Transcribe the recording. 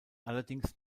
allerdings